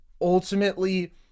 ultimately